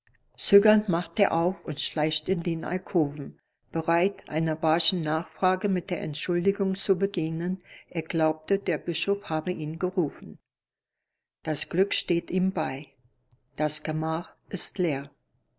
zögernd macht er auf und schleicht in den alkoven bereit einer barschen nachfrage mit der entschuldigung zu begegnen er glaubte der bischof habe ihn gerufen das glück steht ihm bei das gemach ist leer